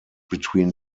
between